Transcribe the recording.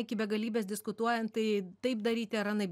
iki begalybės diskutuojant tai taip daryti ar anaip